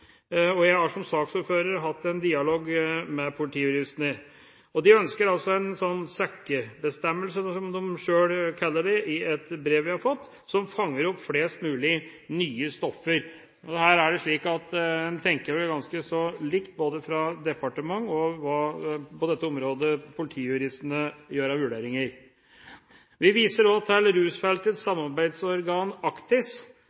komiteen. Jeg har som saksordfører hatt en dialog med Politijuristene. De ønsker en sekkebestemmelse – som de selv kaller det i et brev jeg har fått – som fanger opp flest mulig nye stoffer. Her er det slik at en på dette området tenker ganske så likt i departement sammenlignet med hva Politijuristene gjør av vurderinger. Vi viser også til Rusfeltets